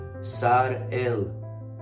Sar-El